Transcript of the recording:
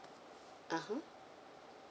(uh huh)